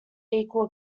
equal